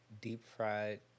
Deep-fried